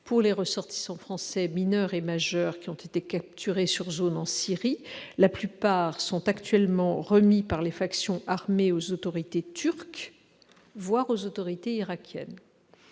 plupart des ressortissants français, mineurs comme majeurs, qui ont été capturés sur zone en Syrie sont remis par les factions armées aux autorités turques, voire aux autorités irakiennes.